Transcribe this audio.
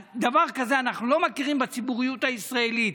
דבר כזה אנחנו לא מכירים בציבוריות הישראלית.